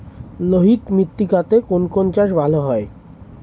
লোহিত মৃত্তিকাতে কোন কোন শস্য ভালো হয়?